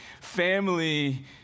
family